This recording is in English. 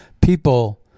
people